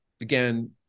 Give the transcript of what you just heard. Again